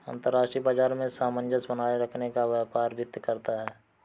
अंतर्राष्ट्रीय बाजार में सामंजस्य बनाये रखने का काम व्यापार वित्त करता है